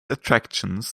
attractions